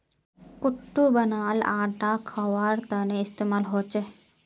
कुट्टूर बनाल आटा खवार तने इस्तेमाल होचे